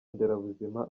nderabuzima